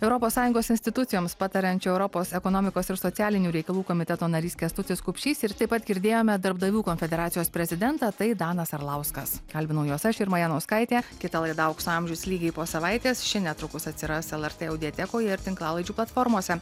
europos sąjungos institucijoms patariančio europos ekonomikos ir socialinių reikalų komiteto narys kęstutis kupšys ir taip pat girdėjome darbdavių konfederacijos prezidentą tai danas arlauskas kalbinau juos aš irma janauskaitė kita laida aukso amžius lygiai po savaitės ši netrukus atsiras lrt audiatekoje ir tinklalaidžių platformose